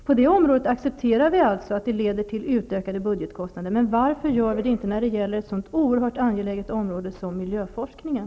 På det området accepterar vi alltså att det leder till utökade budgetkostnader. Varför gör vi det då inte när det gäller ett sådant oerhört angeläget område som miljöforskningen?